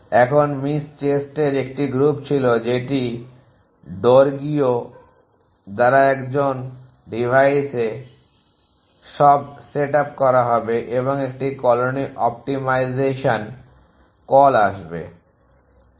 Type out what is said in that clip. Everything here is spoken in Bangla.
এখন মিস চেস্টের একটি গ্রুপ ছিল যেটি DORIGO দ্বারা একজন ডিভাইসে সব সেট আপ করা হবে এবং একটি কলোনি অপ্টিমাইজেশান কল আসবে